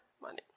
money